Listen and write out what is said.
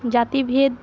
জাতিভেদ